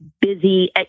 busy